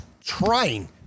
trying